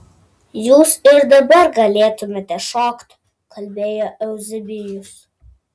jūs ir dabar galėtumėte šokti kalbėjo euzebijus